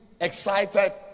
excited